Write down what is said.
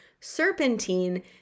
serpentine